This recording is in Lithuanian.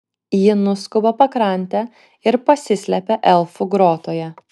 ji nuskuba pakrante ir pasislepia elfų grotoje